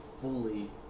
fully